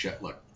Look